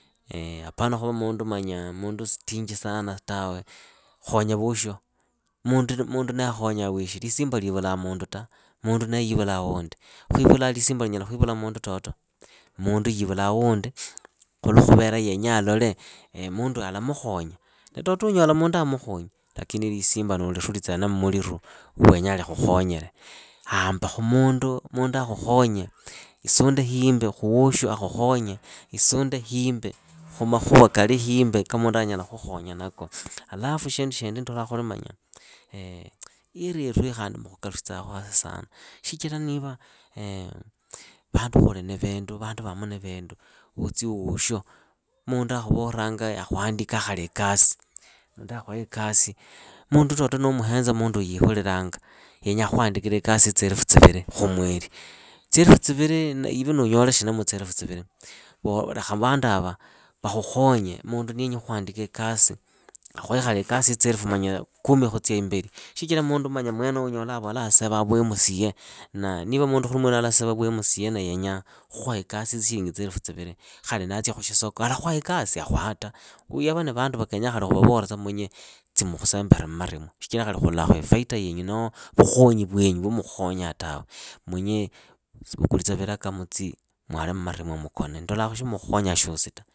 apana khuva mundu stinji sana tawe, khonya voosho. mundu naakhonyaa weshe, lisimba liivulaa mundu ta, mundu nee yivulaa wundi, khu iwe ulaa lisimba linyala khuivula mundu toto. mundu yivulaa wundi khulwa yenyaa alole munduyu alamukhonya, na toto unyola mundu amukhonyi, lakini lisimba niulirulitse hena mmuliru wa wenyaa likhukhonyele. Hamba khu mundu akhukhonye, isunde himbi khu woosho akhukhonye, isunde himbi khu makhuva kali himbi ka mundu anyala khukhonya nako. Alafu shindu shindi ndolaa khuli ihili yeruiyi khandi mukhukalukitsakhu hasi sana. Shichira niva vandu khuli na vindu uutsi wa woosho, mundu akhuvolanga akhuhandikaa khali ikasi, mundu akhuhe ikasi, mundu toto nuumuhenza munduuyu yiihulilanga, yenyaa khuhandika ikasi ya tsielefu tsivili khumweli. Tsielefu tsivili iwe niunyole shina mu tsielefu tsivili. Lekha vanduava vakhukhonye mundu niyenyi khuhandika ikasi akhuhe khali ikasi ya tsielefu manya kumi khutsia imbeli. Shichira mundu khuli mwenoyo unyola avolaa asavaa vu mca, na niva mundu khuli mwenoyo alasava vu mca na yenya khuha ikasi ya tsielefu tsivili, khu khali natsia khushisako alakhuha ikasi, akhuha ta, yava ni vandu va kenya khali khuvavole tsa munye tsi mukhusembere mmaremwa. shichira khali khulakhu ifaita yenyu noho vukhonyi vwenyu vwa mukhukhonyaa tawe. munye vukulitsa vilaka mutsi mwale mmaremwa mukone, ndolakhu sha mukhonya shiosi ta.